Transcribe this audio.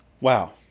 Wow